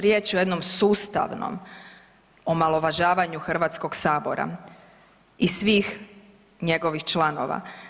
Riječ je o jednom sustavnom omalovažavanju Hrvatskog sabora i svih njegovih članova.